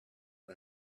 and